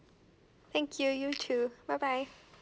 thank you you too bye bye